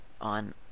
on